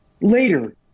later